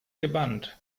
gebannt